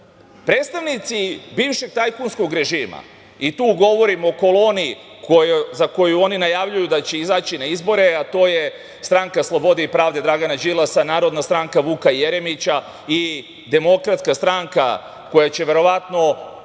Predstavnici bivšeg tajkunskog režima i tu govorim o koloni za koju oni najavljuju da će oni izaći na izbore, a to je Stranka slobode i pravde Dragana Đilasa, Narodna stranka Vuka Jeremića i Demokratska stranka koja će verovatno